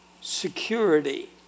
security